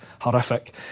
Horrific